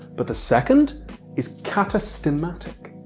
but the second is katastematic,